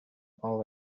all